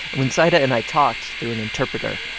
when zaida and i talked through an interpreter,